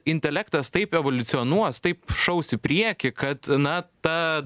intelektas taip evoliucionuos taip šaus į priekį kad na ta